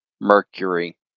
Mercury